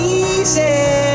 easy